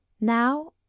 Now